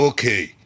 Okay